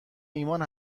ایمان